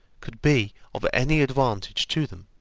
could be of any advantage to them.